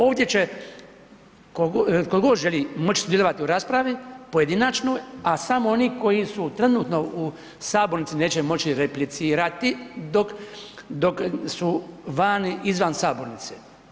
Ovdje će tko god želi moći sudjelovati u raspravi, pojedinačnoj, a samo oni koji su trenutno u sabornici, neće moći replicirati, dok su vani, izvan sabornice.